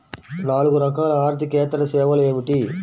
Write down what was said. నాలుగు రకాల ఆర్థికేతర సేవలు ఏమిటీ?